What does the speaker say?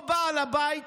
או בעל הבית